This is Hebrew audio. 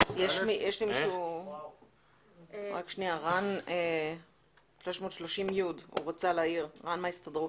330יב. רן מההסתדרות.